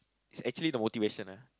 is actually the motivation lah